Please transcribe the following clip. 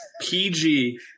PG